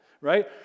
right